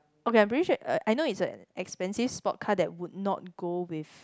okay I'm pretty sure uh I know it's an expensive sport car that would not go with